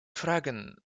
fragen